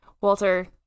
Walter